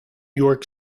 york